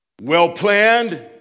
well-planned